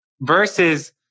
versus